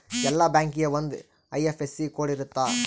ಎಲ್ಲಾ ಬ್ಯಾಂಕಿಗೆ ಒಂದ್ ಐ.ಎಫ್.ಎಸ್.ಸಿ ಕೋಡ್ ಇರುತ್ತ